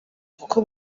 kuko